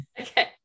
Okay